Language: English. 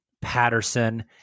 Patterson